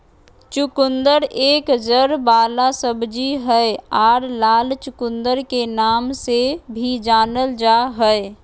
चुकंदर एक जड़ वाला सब्जी हय आर लाल चुकंदर के नाम से भी जानल जा हय